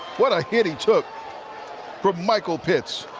what a hit he took from michael pitts.